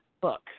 book